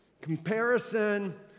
Comparison